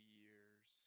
years